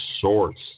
source